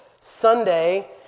Sunday